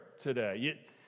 today